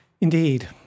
Indeed